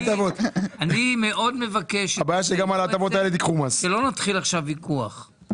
אני מאוד מבקש שלא נתחיל עכשיו ויכוח,